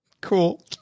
Cool